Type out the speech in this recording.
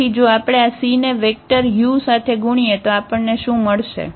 તેથી જો આપણે આ c ને વેક્ટર 𝑢 સાથે ગુણીએ તો આપણને શું મળશે